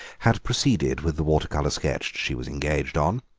had proceeded with the water-colour sketch she was engaged on,